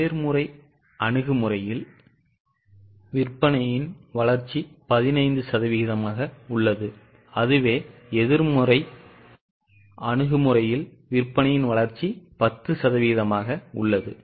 நேர்முறை அணுகுமுறையில் விற்பனையின் வளர்ச்சி 15 சதவீதமாக உள்ளது அதுவே எதிர்மறை அணுகுமுறையில் விற்பனையின் வளர்ச்சி 10 சதவீதமாக உள்ளது